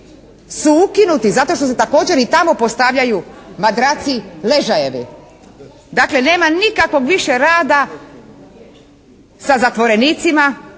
su ukinuti zato što se također i tamo postavljaju madraci, ležajevi. Dakle, nema nikakvog više rada sa zatvorenicima